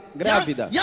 grávida